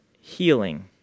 healing